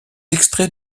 extraits